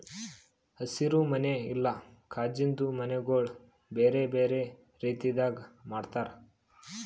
ಹಸಿರು ಮನಿ ಇಲ್ಲಾ ಕಾಜಿಂದು ಮನಿಗೊಳ್ ಬೇರೆ ಬೇರೆ ರೀತಿದಾಗ್ ಮಾಡ್ತಾರ